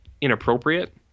inappropriate